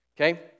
okay